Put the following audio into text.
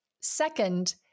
Second